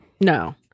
No